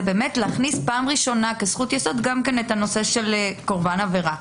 להכניס כזכות יסוד את הנושא של קרבן עבירה.